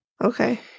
Okay